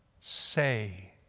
say